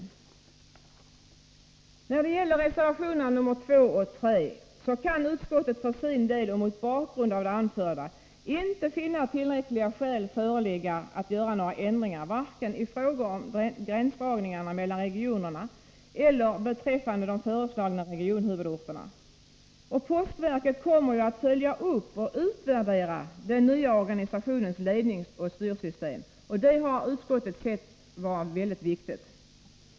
13 december 1983 När det gäller reservationerna 2 och 3 kan utskottet för sin del och mot bakgrund av det jag nu anfört inte finna tillräckliga skäl föreligga att göra Ny organisation för några ändringar, varken i fråga om gränsdragningar mellan regionerna eller postverket beträffande de föreslagna regionhuvudorterna. Postverket kommer att följa upp och utvärdera den nya organisationens ledningsoch styrsystem, och det har utskottet ansett vara mycket viktigt.